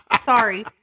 Sorry